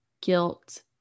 guilt